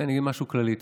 אני אגיד משהו כללי.